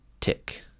Tick